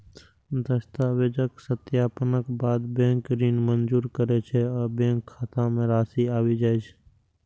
दस्तावेजक सत्यापनक बाद बैंक ऋण मंजूर करै छै आ बैंक खाता मे राशि आबि जाइ छै